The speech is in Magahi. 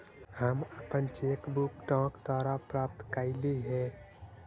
हम अपन चेक बुक डाक द्वारा प्राप्त कईली हे